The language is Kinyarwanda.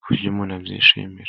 ku buryo umuntu abyishimira.